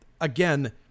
again